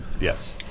yes